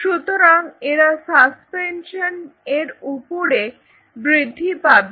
সুতরাং এরা সাসপেনশন এর উপরে বৃদ্ধি পাবে